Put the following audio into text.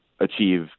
achieve